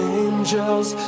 angels